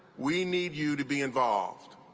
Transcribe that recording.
we need you to be involved